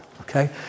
Okay